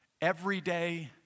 everyday